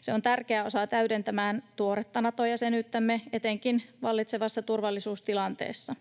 Se on tärkeä osa täydentämään tuoretta Nato-jäsenyyttämme, etenkin vallitsevassa turvallisuustilanteessa.